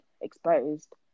exposed